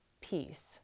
peace